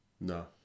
No